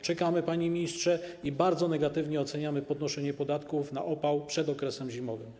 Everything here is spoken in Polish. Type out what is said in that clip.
Czekamy, panie ministrze, i bardzo negatywnie oceniamy podnoszenie podatków na opał przed okresem zimowym.